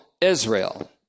Israel